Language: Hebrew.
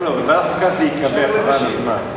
לא, בוועדת חוקה זה ייקבר, חבל על הזמן.